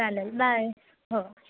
चालेल बाय हो